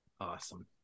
Awesome